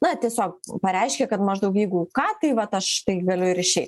na tiesiog pareiškia kad maždaug jeigu ką tai vat aš tai galiu ir išeit